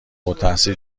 التحصیل